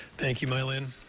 thank you, mylynn,